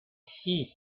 sheep